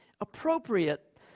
appropriate